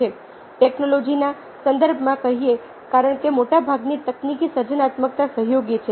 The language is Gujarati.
ટેક્નોલોજીના સંદર્ભમાં કહીએ કારણ કે મોટાભાગની તકનીકી સર્જનાત્મકતા સહયોગી છે